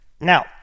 Now